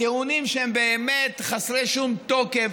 טיעונים שהם באמת חסרי כל תוקף,